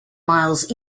miles